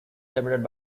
separated